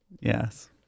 yes